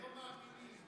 לכם כבר.